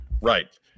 Right